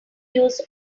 use